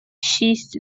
шість